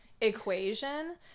equation